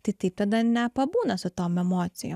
tai taip tada nepabūna su tom emocijom